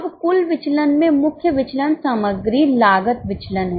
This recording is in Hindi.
अब कुल विचलन में मुख्य विचलन सामग्री लागत विचलन है